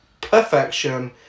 perfection